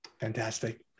Fantastic